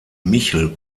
michel